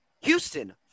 Houston